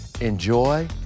Enjoy